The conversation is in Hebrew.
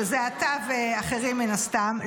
שזה אתה והאחרים מן הסתם,